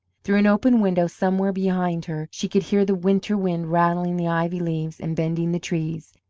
through an open window somewhere behind her she could hear the winter wind rattling the ivy leaves and bending the trees.